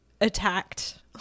attacked